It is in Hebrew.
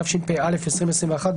התשפ"א-2021,